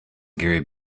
gary